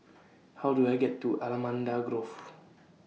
How Do I get to Allamanda Grove